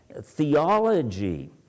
theology